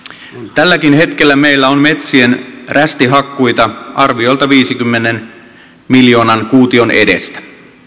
tälläkin hetkellä meillä on metsien rästihakkuita arviolta viidenkymmenen miljoonan kuution edestä